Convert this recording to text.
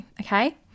Okay